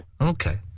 Okay